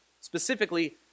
specifically